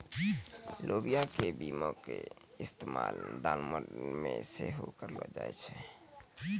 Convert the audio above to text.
लोबिया के बीया के इस्तेमाल दालमोट मे सेहो करलो जाय छै